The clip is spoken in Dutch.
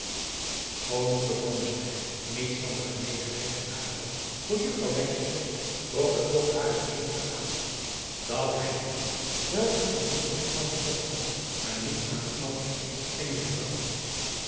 schoon moeder blommesteyn niets van de genegenheid van haren zoon voor juffrouw wynstok wist trok het toch hare bijzondere aandacht dat hij den groet wel aan die jonge juffrouw verzocht had maar niet aan den ouden heer en juffrouw